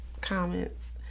comments